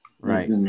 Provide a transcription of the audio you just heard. Right